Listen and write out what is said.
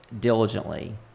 diligently